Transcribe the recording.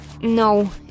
No